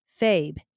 Fabe